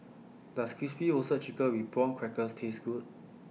Does Crispy Roasted Chicken with Prawn Crackers Taste Good